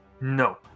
No